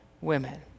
women